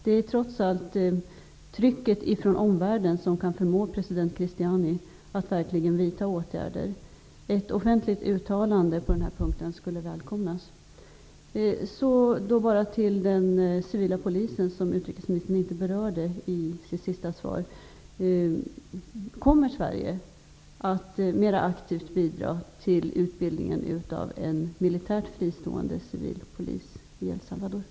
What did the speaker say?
Det är trots allt trycket från omvärlden som kan förmå president Cristiani att verkligen vidta åtgärder. Ett offentligt uttalande på denna punkt skulle välkomnas. Utrikesministern berörde inte den civila polisen i sitt senaste inlägg. Kommer Sverige att mera aktivt bidra till utbildningen av en militärt fristående civil polis i El Salvador?